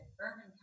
urban